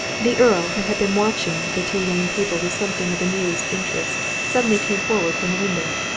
the earl, who had been watching the two young people with something of amused interest, suddenly came forward from the window.